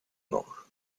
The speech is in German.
noch